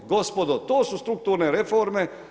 Gospodo to su strukturne reforme.